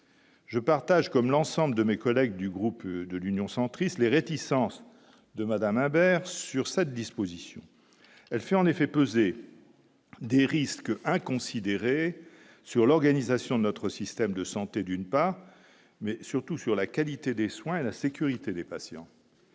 Je partage comme l'ensemble de mes collègues du groupe de l'Union centriste, les réticences de Madame Imbert sur cette disposition, elle fait en effet peser des risques inconsidérés sur l'organisation de notre système de santé d'une part, mais surtout sur la qualité des soins et la sécurité des patients.